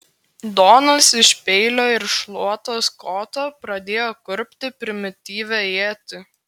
donas iš peilio ir šluotos koto pradėjo kurpti primityvią ietį